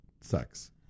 sex